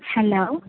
hello